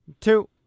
two